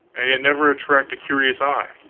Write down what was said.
and yet never attract a curious eye,